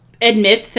admit